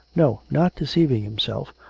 no, not deceiving himself,